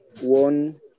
One